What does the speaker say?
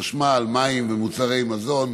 חשמל ומוצרי מזון.